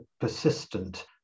persistent